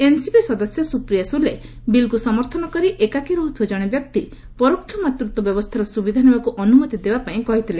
NCP ସଦସ୍ୟ ସୁପ୍ରିୟା ଶୁଲେ ବିଲ୍କୁ ସମର୍ଥନ କରି ଏକାକୀ ରହୁଥିବା ଜଣେ ବ୍ୟକ୍ତି ପରୋକ୍ଷ ମାତୃତ୍ୱ ବ୍ୟବସ୍ଥାର ସୁବିଧା ନେବାକୁ ଅନୁମତି ଦେବା ପାଇଁ କହିଥିଲେ